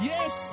Yes